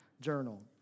journal